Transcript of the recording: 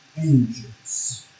Angels